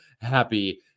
Happy